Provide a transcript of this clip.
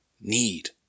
need